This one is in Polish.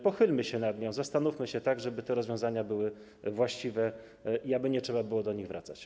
Pochylmy się nad nią, zastanówmy się, co zrobić, żeby te rozwiązania były właściwe i aby nie trzeba było do tego wracać.